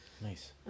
Nice